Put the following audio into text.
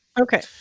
Okay